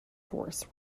force